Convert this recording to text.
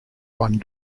one